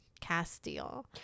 Castile